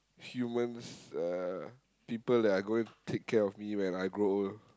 humans uh people that are going to take care of me when I grow old